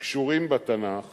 הקשורים בתנ"ך